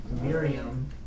Miriam